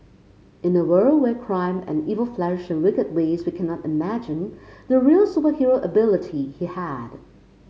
in a world where crime and evil flourished in wicked ways we cannot imagine the real superhero ability he had